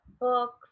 books